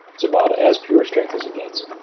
it's about as pure strength as it gets.